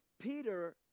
Peter